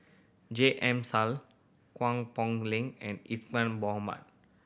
J M Sali Guang Poh Leng and Isadhora Mohamed